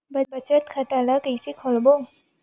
बचत खता ल कइसे खोलबों?